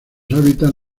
hábitats